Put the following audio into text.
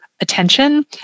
attention